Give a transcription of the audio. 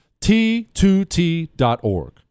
t2t.org